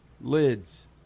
Lids